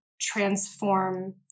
transform